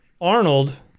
Arnold